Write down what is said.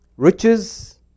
Riches